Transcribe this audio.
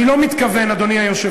אני לא מתכוון, אדוני היושב-ראש,